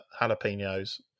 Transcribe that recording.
jalapenos